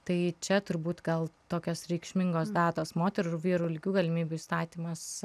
tai čia turbūt gal tokios reikšmingos datos moterų ir vyrų lygių galimybių įstatymas